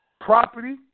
Property